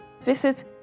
visit